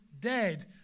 dead